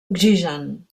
oxigen